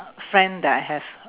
friend that I have